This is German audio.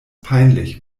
peinlich